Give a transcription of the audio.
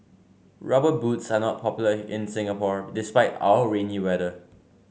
rubber boots are not popular in Singapore despite our rainy weather